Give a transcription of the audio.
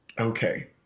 Okay